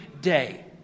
day